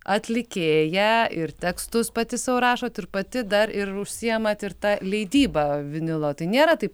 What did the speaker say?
atlikėja ir tekstus pati sau rašot ir pati dar ir užsiimat ir ta leidyba vinilo tai nėra taip